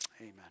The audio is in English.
Amen